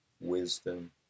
wisdom